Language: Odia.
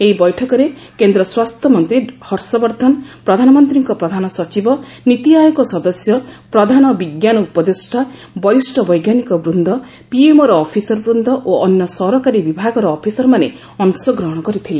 ଏହି ବୈଠକରେ କେନ୍ଦ୍ର ସ୍ୱାସ୍ଥ୍ୟ ମନ୍ତ୍ରୀ ହର୍ଷବର୍ଦ୍ଧନ ପ୍ରଧାନମନ୍ତ୍ରୀଙ୍କ ପ୍ରଧାନ ସଚିବ ନିତିଆୟୋଗ ସଦସ୍ୟ ପ୍ରଧାନ ବିଜ୍ଞାନ ଉପଦେଷ୍ଟା ବରିଷ୍ଣ ବୈଜ୍ଞାନିକ ବୃନ୍ଦ ପିଏମ୍ଓର ଅଫିସର ବୃନ୍ଦ ଓ ଅନ୍ୟ ସରକାରୀ ବିଭାଗର ଅଫିସରମାନେ ଅଂଶଗ୍ରହଣ କରିଥିଲେ